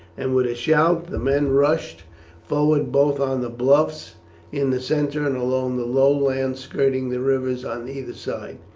and with a shout the men rushed forward both on the bluffs in the centre and along the low land skirting the rivers on either side.